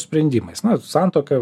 sprendimais na santuoka